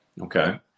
okay